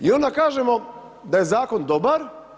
I onda kažemo da je zakon dobar.